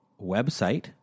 website